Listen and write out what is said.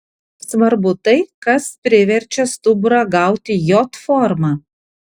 svarbu tai kas priverčia stuburą gauti j formą